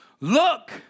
look